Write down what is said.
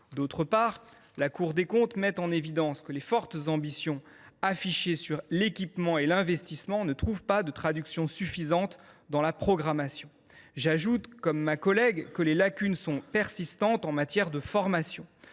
outre, la Cour des comptes met en évidence que les fortes ambitions affichées sur l’équipement et l’investissement ne trouvent pas de traduction suffisante dans la programmation. J’ajoute, à l’instar de ma collègue Mélanie Vogel, que les lacunes en matière de formation